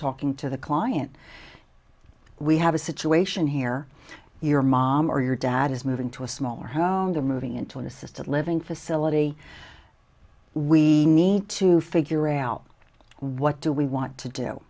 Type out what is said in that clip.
talking to the client we have a situation here your mom or your dad is moving to a smaller home to moving into an assisted living facility we need to figure out what do we want to do